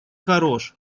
хорош